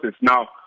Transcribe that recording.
Now